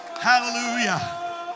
Hallelujah